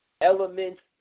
elements